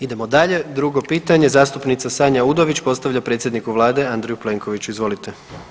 Idemo dalje, drugo pitanje zastupnica Sanja Udović postavlja predsjedniku vlade Andreju Plenkoviću, izvolite.